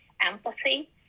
empathy